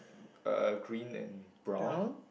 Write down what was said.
uh green and brown